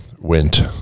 went